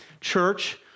Church